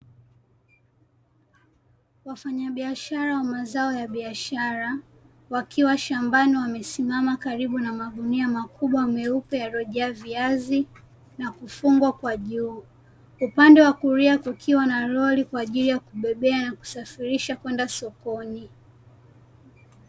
Wafanyabiashara wa mazao ya biashara wakiwa shambani wamesimama karibu na magunia makubwa meupe yaliyojaa viazi na kufungwa kwa juu, upande wa kulia kukiwa na lori kwa ajili ya kubebea na kusafirisha kwenda sokoni.